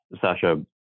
Sasha